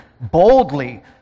boldly